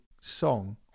song